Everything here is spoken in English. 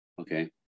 okay